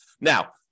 Now